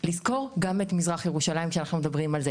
לזכור גם את מזרח ירושלים כשאנחנו מדברים על זה,